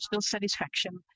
satisfaction